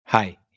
Hi